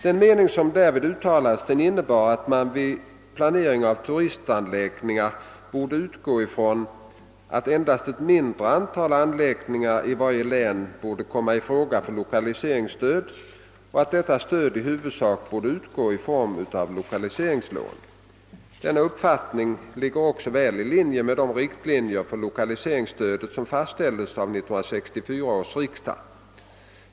Den mening, som därvid uttalades, innebar att man vid planeringen av turistanläggningar borde utgå från att endast ett mindre antal anläggningar i varje län borde komma i fråga för lokaliseringsstöd och att detta stöd i huvudsak borde utgå i form av lokaliseringslån. Denna uppfattning ligger också väl i linje med de riktlinjer för lokaliseringsstödet, som fastställdes av 1964 års riksdag.